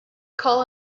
call